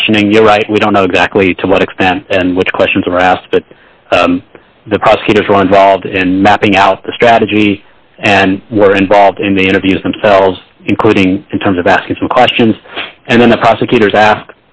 questioning you're right we don't know exactly to what extent and which questions are asked but the prosecutors want volved and mapping out the strategy and were involved in the interviews themselves including in terms of asking some questions and then the prosecutors ask